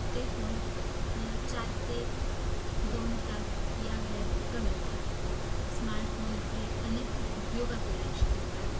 ते फोन चार ते दोन तास या वेळात घालवतात स्मार्टफोनचे अनेक उपयोग आपल्या आयुष्यात होतात